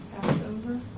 Passover